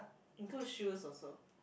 include shoes also